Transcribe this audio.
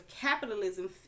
capitalism